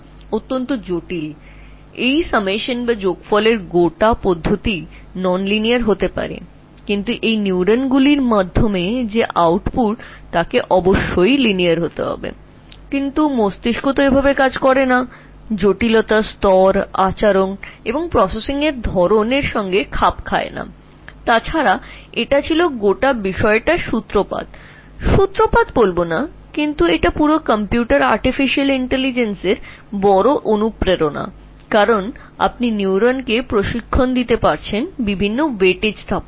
তাই যদিও সংমিশ্রণের বা যোগের পুরো প্রক্রিয়াটি অ রৈখিক হতে পারে তবে এই নিউরনগুলোর আউটপুটটি রৈখিক হতে হবে তবে মস্তিষ্ক এভাবে কাজ করে না জটিলতার স্তর আচরন প্রসেসিংয়ের ধরণটি খাপ খায় না এছাড়াও আমি বলতে চাই যে এটা পুরোপুরি শুরুর শুরু নয় বরং কম্পিউটারের কৃত্রিম বুদ্ধিমত্তা দিয়ে তুমি বিভিন্ন weightage দিয়ে কীভাবে নিউরনকে প্রশিক্ষণ দিতে পারবে তা বোঝা